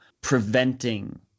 preventing